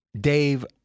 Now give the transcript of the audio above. Dave